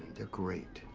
they're great.